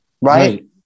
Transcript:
right